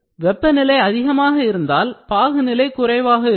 வெப்பநிலை அதிகமாக இருந்தால் பாகுநிலை குறைவாக இருக்கும்